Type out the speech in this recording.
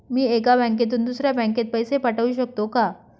मी एका बँकेतून दुसऱ्या बँकेत पैसे पाठवू शकतो का?